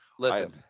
Listen